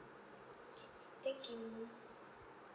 okay thank you